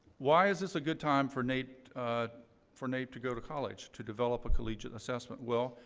why is this a good time for naep for naep to go to college, to develop a collegiate assessment? well,